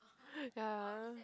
ya